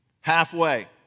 halfway